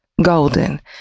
Golden